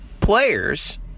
players